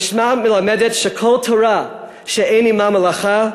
המשנה מלמדת ש"כל תורה שאין עמה מלאכה,